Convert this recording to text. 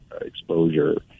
exposure